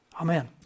Amen